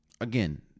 again